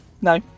No